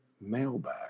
mailbag